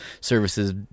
services